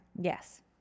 Yes